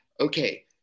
Okay